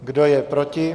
Kdo je proti?